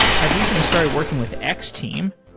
i've recently started working with x-team.